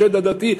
"שד עדתי",